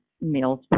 meals